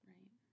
Right